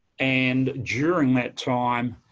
and during that time,